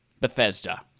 bethesda